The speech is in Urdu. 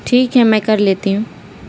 ٹھیک ہے میں کر لیتی ہوں